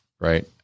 right